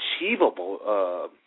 achievable